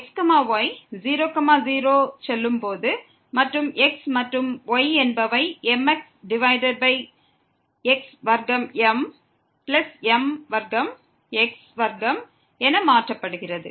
x y 0 0க்கு செல்லும்போது மற்றும் x மற்றும் y என்பவை mx டிவைடட் பை x வர்க்கம் m பிளஸ் m வர்க்கம் x வர்க்கம் என மாற்றப்படுகிறது